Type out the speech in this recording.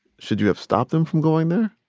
should you have stopped them from going there?